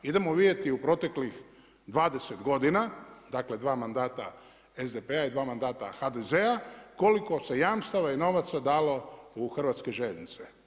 Idemo vidjeti u proteklih 20 godina, dakle 2 mandata SDP-a i 2 mandata HDZ-a koliko se jamstava i novaca dalo u Hrvatske željeznice.